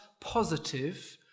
positive